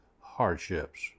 hardships